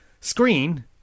screen